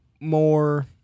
more